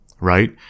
right